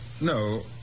No